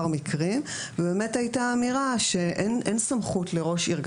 מקרים ובאמת הייתה אמירה שאין סמכות לראש עיר,